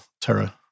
terror